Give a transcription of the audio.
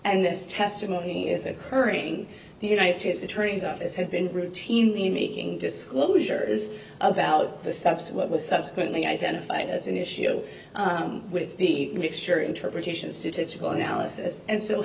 this testimony is occurring the united states attorney's office have been routinely meeting disclosure is about the subset what was subsequently identified as an issue with the mixture interpretations statistical analysis and s